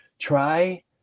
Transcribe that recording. Try